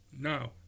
now